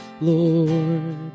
Lord